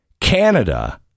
Canada